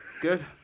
Good